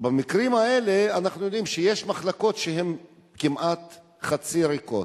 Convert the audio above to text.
במקרים האלה אנחנו יודעים שיש מחלקות שהן כמעט חצי ריקות.